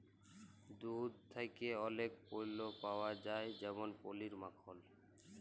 দুহুদ থ্যাকে অলেক পল্য পাউয়া যায় যেমল পলির, মাখল